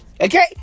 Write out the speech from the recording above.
Okay